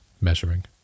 measuring